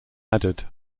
added